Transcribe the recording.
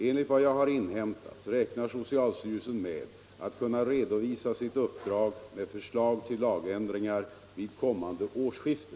Enligt vad jag har inhämtat räknar socialstyrelsen med att kunna redovisa sitt uppdrag med förslag till lagändringar vid kommande årsskifte.